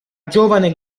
giovane